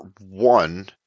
one